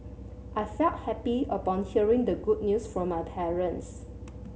I felt happy upon hearing the good news from my parents